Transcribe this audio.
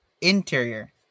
interior